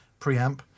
preamp